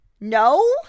No